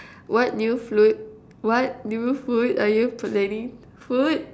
what new food what new food are you planning food